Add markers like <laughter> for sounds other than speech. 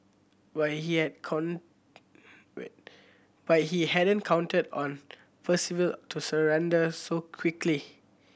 but he had <unintelligible> but he hadn't counted on Percival to surrender so quickly